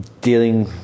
dealing